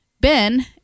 Ben